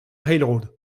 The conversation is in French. railroad